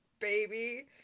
baby